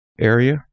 area